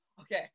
Okay